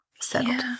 settled